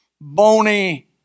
bony